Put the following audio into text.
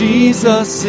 Jesus